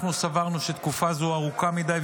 אנחנו סברנו שתקופה זו ארוכה מדי,